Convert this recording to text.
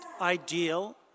ideal